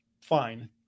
fine